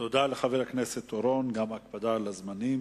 תודה לחבר הכנסת אורון, גם על ההקפדה על הזמנים.